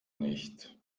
nicht